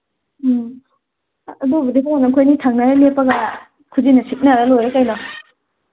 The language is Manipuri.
ꯎꯝ ꯑꯗꯨꯕꯨꯗꯤ ꯑꯩꯈꯣꯏ ꯑꯅꯤ ꯊꯪꯅꯅ ꯂꯦꯞꯄꯒ ꯈꯨꯖꯤꯟꯅ ꯁꯤꯛꯅꯔꯒ ꯂꯣꯏꯔꯦ ꯀꯩꯅꯣ